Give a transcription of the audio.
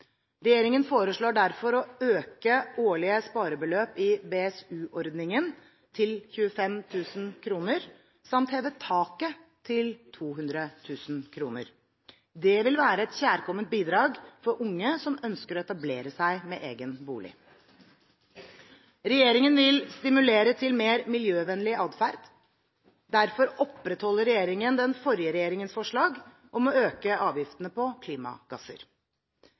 Regjeringen foreslår derfor å øke det årlige sparebeløpet i BSU-ordningen til 25 000 kr, samt heve taket til 200 000 kr. Det vil være et kjærkomment bidrag for unge som ønsker å etablere seg med egen bolig. Regjeringen vil stimulere til mer miljøvennlig atferd. Derfor opprettholder regjeringen den forrige regjeringens forslag om å øke avgiftene på klimagasser.